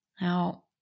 Now